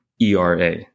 ERA